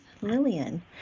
Lillian